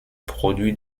produits